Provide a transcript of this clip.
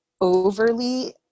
overly